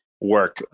work